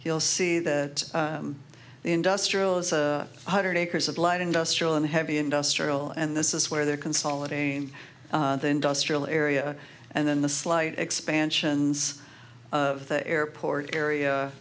you'll see that industrial is a hundred acres of light industrial and heavy industrial and this is where they're consolidating the industrial area and then the slight expansions of the airport area